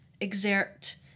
exert